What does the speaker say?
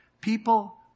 people